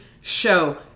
show